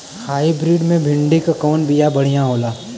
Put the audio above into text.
Hybrid मे भिंडी क कवन बिया बढ़ियां होला?